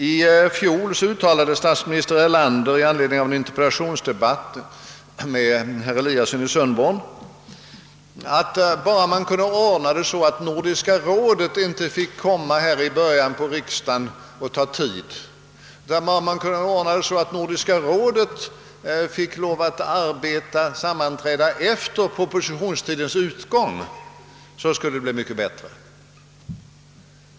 I fjol uttalade statsminister Erlander under en interpellationsdebatt med herr Eliasson i Sundborn, att bara det kunde ordnas så, att Nordiska rådet inte sammanträdde i början av riksdagen och tog tid i anspråk utan i stället sammanträdde efter propositionstidens utgång, skulle det bli mycket bättre.